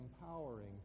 empowering